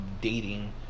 dating